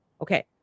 okay